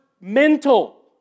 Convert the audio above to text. mental